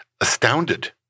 astounded